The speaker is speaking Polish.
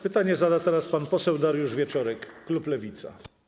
Pytanie zada teraz pan poseł Dariusz Wieczorek, klub Lewica.